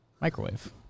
Microwave